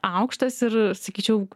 aukštas ir sakyčiau